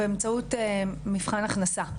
באמצעות מבחן הכנסה,